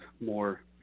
more